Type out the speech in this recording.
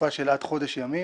תקופה של עד חודש ימים.